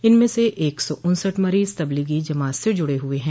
इनमें से एक सौ उन्सठ मरीज तबलीगी जमात से जुड़े हुए हैं